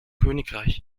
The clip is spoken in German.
königreich